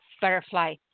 butterfly